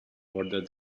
ordered